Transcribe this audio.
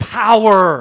power